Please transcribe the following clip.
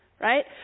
right